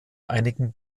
einigen